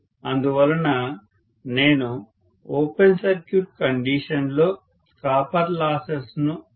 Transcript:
అందువలన నేను open circuit కండిషన్లో కాపర్ లాసెస్ ను పరిగణనలోకి తీసుకోను